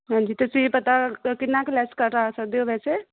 ਹਾਂਜੀ ਤੁਸੀਂ ਪਤਾ ਕਿੰਨਾਂ ਕੁ ਲੈਸ ਕਰਾ ਸਕਦੇ ਹੋ ਵੈਸੇ